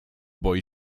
boi